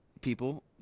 people